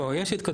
לא, יש התקדמות.